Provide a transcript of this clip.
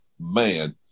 man